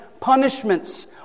Punishments